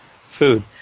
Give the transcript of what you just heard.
food